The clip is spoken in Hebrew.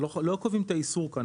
לא קובעים את האיסור כאן,